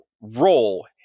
role